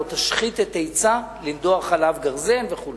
לא תשחית את עצה לנדוח עליו גרזן וכו'.